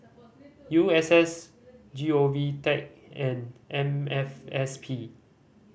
U S S G O V Tech and N F S P